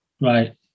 right